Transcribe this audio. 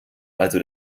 also